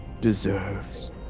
deserves